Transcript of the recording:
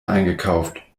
eingekauft